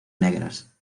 negras